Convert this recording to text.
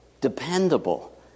Dependable